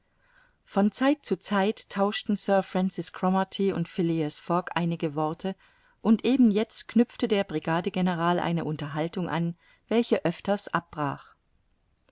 von zeit zu zeit tauschten sir francis cromarty und phileas fogg einige worte und eben jetzt knüpfte der brigadegeneral eine unterhaltung an welche öfters abbrach